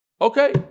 Okay